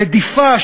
רדיפה,